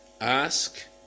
Ask